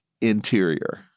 interior